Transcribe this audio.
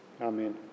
Amen